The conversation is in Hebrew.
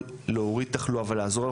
בישראל לפי תתי תחומים בשקלול גם ציבורי,